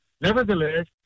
Nevertheless